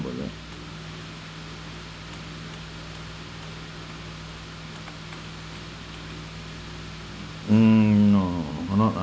mm no I'm not